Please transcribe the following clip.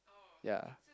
ya